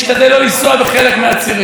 הם לגיטימיים ובטוחים בשבילי.